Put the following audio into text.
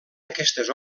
aquestes